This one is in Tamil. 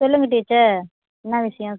சொல்லுங்கள் டீச்சர் என்ன விஷயம்